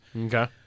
Okay